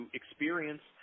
experience